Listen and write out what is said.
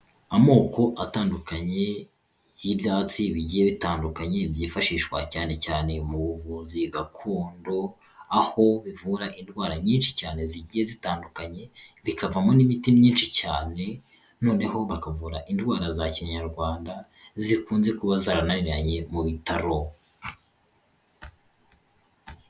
Amoko atandukanye y'ibyatsi bigiye bitandukanye byifashishwa cyane cyane mu buvuzi gakondo, aho bivura indwara nyinshi cyane zigiye zitandukanye bikavamo n'imiti myinshi cyane, noneho bakavura indwara za kinyarwanda zikunze kuba zarananiranye mu bitaro.